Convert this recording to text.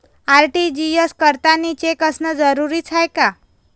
RTGS करतांनी cheque असनं जरुरीच हाय का?